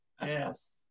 Yes